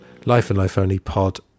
lifeandlifeonlypod